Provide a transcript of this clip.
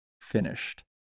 finished